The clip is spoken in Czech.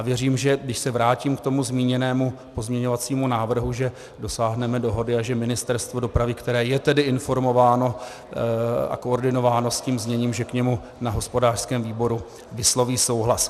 Věřím, když se vrátím k tomu zmíněnému pozměňovacímu návrhu, že dosáhneme dohody a že Ministerstvo dopravy, které je tedy informováno a koordinováno s tím zněním, k němu na hospodářském výboru vysloví souhlas.